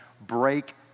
break